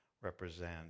represent